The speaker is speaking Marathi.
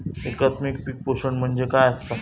एकात्मिक पीक पोषण म्हणजे काय असतां?